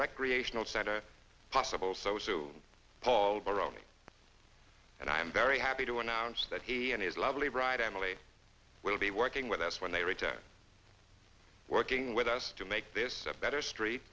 recreational center possible so as to call their own and i am very happy to announce that he and his lovely bride emily will be working with us when they retire working with us to make this a better street